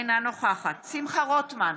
אינה נוכחת שמחה רוטמן,